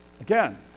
Again